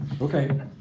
Okay